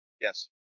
Yes